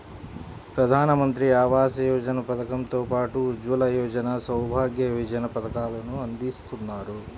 ప్రధానమంత్రి ఆవాస యోజన పథకం తో పాటు ఉజ్వల యోజన, సౌభాగ్య యోజన పథకాలను అందిత్తన్నారు